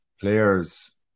Players